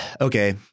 okay